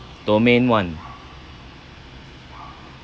domain one